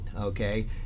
okay